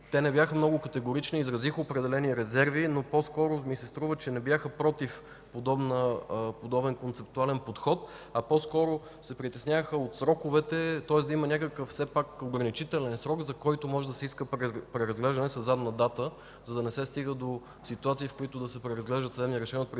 Те не бяха много категорични, изразиха определени резерви, но по-скоро ми се струва, че не бяха против подобен концептуален подход. По-скоро се притесняваха от сроковете, тоест да има все пак някакъв ограничителен срок, за който може да се иска преразглеждане със задна дата, за да не се стига до ситуации, в които да се преразглеждат взети решения отпреди